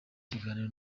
kiganiro